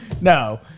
No